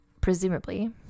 presumably